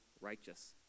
righteous